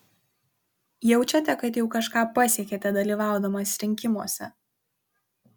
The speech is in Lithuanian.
jaučiate kad jau kažką pasiekėte dalyvaudamas rinkimuose